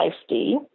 safety